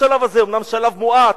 השלב הזה אומנם הוא שלב מועט,